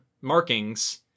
markings